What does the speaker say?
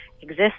exist